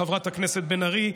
חברת הכנסת בן ארי,